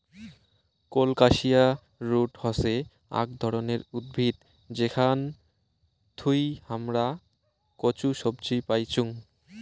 colocasia root হসে আক ধরণের উদ্ভিদ যেখান থুই হামরা কচু সবজি পাইচুং